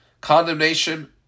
condemnation